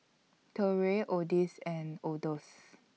Torrey Odis and Odus